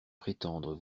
prétendre